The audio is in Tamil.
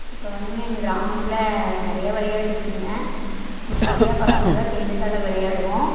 இப்போ வந்துங்க எங்க கிராமத்தில் நிறையா விளையாட்டு இருக்குங்க குட்டி குட்டியாக பசங்கள் எல்லாம் சேர்ந்துட்டு எல்லாம் விளையாடுவோம்